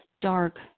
dark